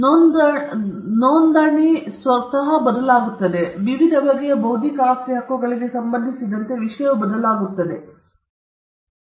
ಮತ್ತು ನೋಂದಣಿ ಸ್ವತಃ ಬದಲಾಗುತ್ತದೆ ವಿವಿಧ ಬಗೆಯ ಬೌದ್ಧಿಕ ಆಸ್ತಿ ಹಕ್ಕುಗಳಿಗೆ ಸಂಬಂಧಿಸಿದಂತೆ ವಿಷಯವು ಬದಲಾಗುತ್ತದೆ ಹೇಗೆ ವಿಭಿನ್ನ ರೀತಿಯ ಬೌದ್ಧಿಕ ಆಸ್ತಿ ಹಕ್ಕುಗಳಿಗೆ ಸಂಬಂಧಿಸಿದಂತೆ ನೋಂದಣಿ ಪ್ರಕ್ರಿಯೆಯು ಬದಲಾಗುತ್ತದೆ